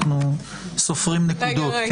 אנחנו סופרים נקודות.